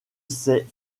ses